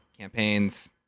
Campaigns